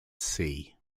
sea